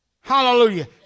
Hallelujah